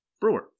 brewer